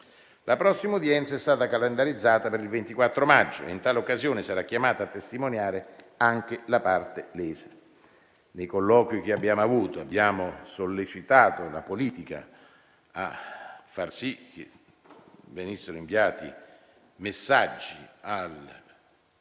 La prossima udienza è stata calendarizzata per il 24 maggio e in tale occasione sarà chiamata a testimoniare anche la parte lesa. Nei colloqui che abbiamo avuto, abbiamo sollecitato la politica a far sì che venissero inviati messaggi